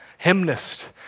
hymnist